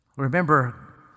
Remember